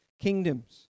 kingdoms